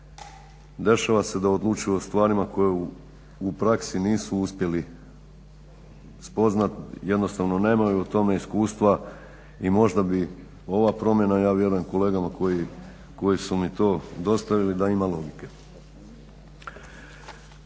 Dešava se da odlučuju o stvarima koje u praksi nisu uspjeli spoznat, jednostavno nemaju u tome iskustva i možda bi ova promjena, ja vjerujem kolegama koji su mi to dostavili, da ima logike.